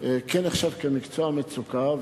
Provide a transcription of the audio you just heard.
כן נחשב מקצוע במצוקה,